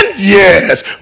Yes